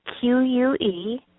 Q-U-E